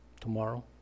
tomorrow